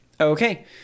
Okay